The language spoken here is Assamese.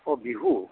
অঁ বিহু